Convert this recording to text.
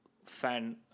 Fan